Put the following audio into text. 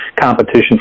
competition